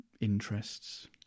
interests